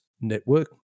network